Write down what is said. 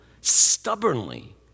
stubbornly